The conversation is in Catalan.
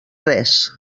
res